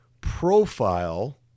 profile